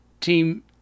team